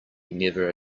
never